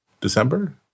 December